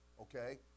Okay